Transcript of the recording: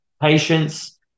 Patience